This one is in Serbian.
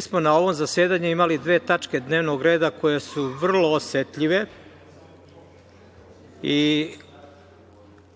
smo na ovom zasedanju imali dve tačke dnevnog reda koje su vrlo osetljive i